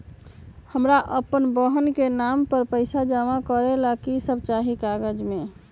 हमरा अपन बहन के नाम पर पैसा जमा करे ला कि सब चाहि कागज मे?